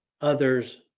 others